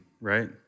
right